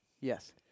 Yes